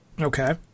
Okay